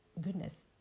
goodness